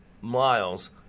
miles